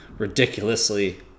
ridiculously